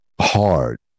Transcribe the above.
hard